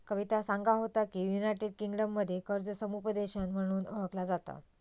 कविता सांगा होता की, युनायटेड किंगडममध्ये कर्ज समुपदेशन म्हणून ओळखला जाता